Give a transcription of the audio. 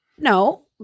no